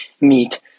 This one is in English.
meet